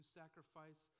sacrifice